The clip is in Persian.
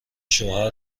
شوهر